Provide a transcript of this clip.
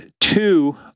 two